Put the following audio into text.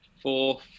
four